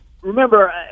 remember